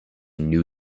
new